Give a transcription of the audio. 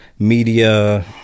Media